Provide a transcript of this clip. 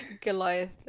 Goliath